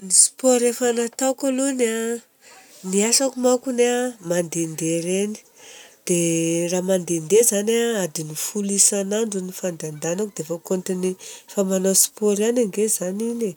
Ny sport efa nataoko alohany a, ny asako makony a mandehandeha ireny, dia raha mandehandeha zany aho a, dia adin'ny folo isan'andro ny fandehandehanako, dia efa compte-n'ny manao sport ihany ange izany iny e!